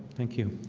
thank you